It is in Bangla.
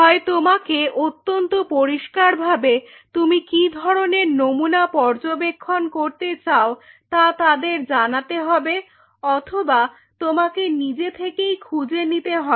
হয় তোমাকে অত্যন্ত পরিষ্কারভাবে তুমি কি ধরনের নমুনা পর্যবেক্ষণ করতে চাও তা তাদের জানাতে হবে অথবা তোমাকে নিজে থেকেই খুঁজে নিতে হবে